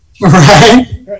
Right